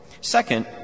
Second